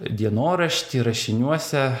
dienorašty rašiniuose